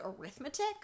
arithmetic